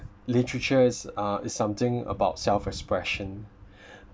literature is uh it's something about self expression